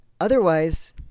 Otherwise